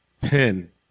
Pin